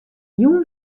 jûn